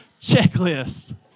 checklist